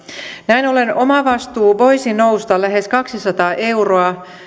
näin ollen omavastuu voisi nousta lähes kaksisataa euroa